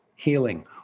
Healing